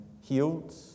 healed